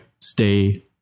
stay